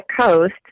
Coast